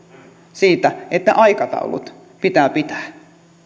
siitä että aikataulut pitää pitää